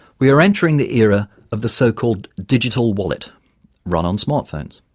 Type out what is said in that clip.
we are entering the era of the so-called digital wallet run on smartphones.